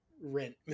rent